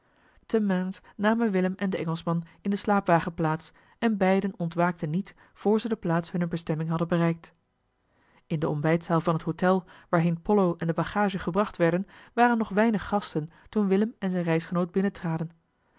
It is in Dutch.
te mainz namen willem en de engelschman in den slaapwagen plaats en beiden ontwaakten niet voor ze de plaats hunner bestemming hadden bereikt in de ontbijtzaal van het hôtel waarheen pollo en de bagage gebracht werden waren nog weinig gasten toen willem en zijn reisgenoot